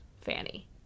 Fanny